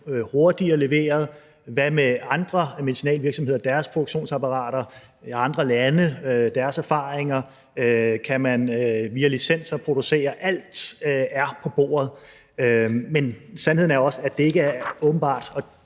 Hvad med andre medicinalvirksomheder og deres produktionsapparater, andre lande og deres erfaringer? Kan man via licenser producere? Alt er på bordet, men sandheden er også, at det ikke er åbenbart,